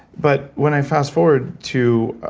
but when i fast forward to